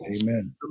Amen